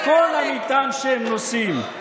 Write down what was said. על כל המטען שהם נושאים.